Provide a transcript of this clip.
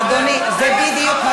אדוני, זה בדיוק מה